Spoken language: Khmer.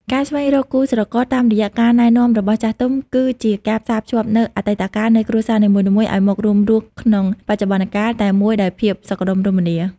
ការស្វែងរកគូស្រករតាមរយៈការណែនាំរបស់ចាស់ទុំ គឺជាការផ្សារភ្ជាប់នូវ "អតីតកាល" នៃគ្រួសារនីមួយៗឱ្យមករួមរស់ក្នុង "បច្ចុប្បន្នកាល" តែមួយដោយភាពសុខដុមរមនា។